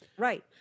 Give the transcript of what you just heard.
Right